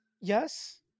Yes